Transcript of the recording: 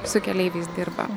su keleiviais dirbam